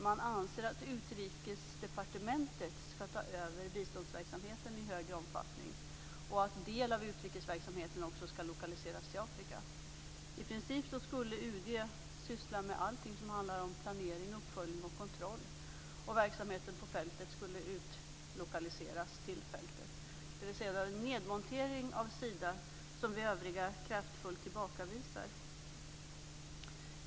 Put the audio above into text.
Man anser att Utrikesdepartementet ska ta över biståndsverksamheten i större omfattning och att en del av utrikesverksamheten också ska lokaliseras till Afrika. I princip skulle UD syssla med allting som handlar om planering, uppföljning och kontroll, och verksamheten på fältet skulle utlokaliseras till fältet. Det här är en nedmontering av Sida som vi övriga kraftfullt tillbakavisar.